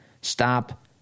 stop